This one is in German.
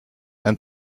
ein